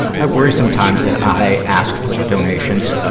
i worry sometimes that i ask for donations